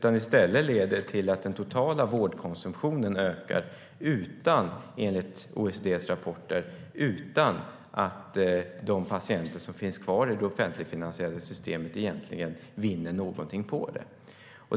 I stället leder det till att den totala vårdkonsumtionen ökar utan att, enligt OECD:s rapporter, de patienter som finns kvar i det offentligfinansierade systemet egentligen vinner någonting på det.